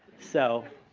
so,